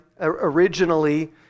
originally